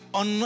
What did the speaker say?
on